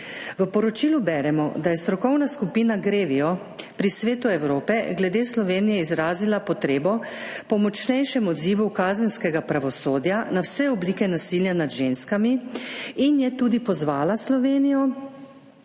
V poročilu beremo, da je strokovna skupina GREVIO pri Svetu Evrope glede Slovenije izrazila potrebo po močnejšem odzivu kazenskega pravosodja na vse oblike nasilja nad ženskami in je tudi pozvala Slovenijo